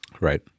Right